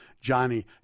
Johnny